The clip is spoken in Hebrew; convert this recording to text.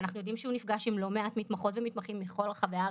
ואנחנו יודעים שהוא נפגש עם לא מעט מתמחות ומתמחים מכל רחבי הארץ,